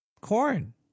corn